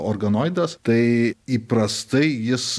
organoidas tai įprastai jis